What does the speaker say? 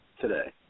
today